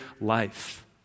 life